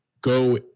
go